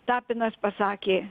tapinas pasakė